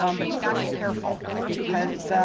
um but you got to be careful because,